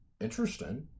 interesting